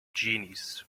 genies